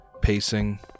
pacing